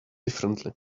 differently